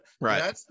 Right